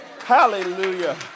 Hallelujah